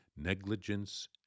negligence